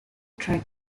fry